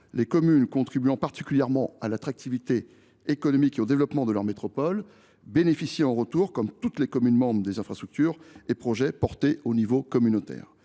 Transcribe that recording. les communes contribuant particulièrement à l’attractivité économique et au développement de leur métropole bénéficient en retour, comme toutes les communes membres, des infrastructures et projets conduits à l’échelon communautaire.